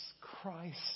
Christ